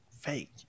fake